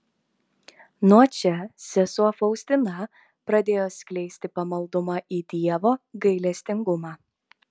nuo čia sesuo faustina pradėjo skleisti pamaldumą į dievo gailestingumą